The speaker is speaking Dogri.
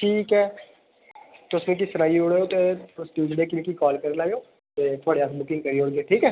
ठीक ऐ तुस मिकी सनाई ओड़ेओ ते उस दिन मिकी जेह्की काल करी लैएओ ते थुआढ़ी अस बुकिंग करी ओड़गे ठीक ऐ